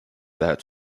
that